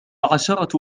عشرة